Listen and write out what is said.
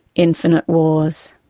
infinite wars.